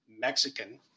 Mexican